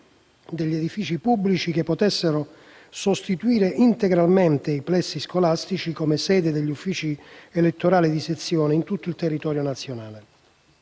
degli edifici pubblici che potessero sostituire integralmente i plessi scolastici come sedi degli uffici elettorali di sezione in tutto il territorio nazionale.